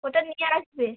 ওটা নিয়ে আসবে